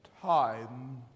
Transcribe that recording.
Time